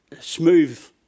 smooth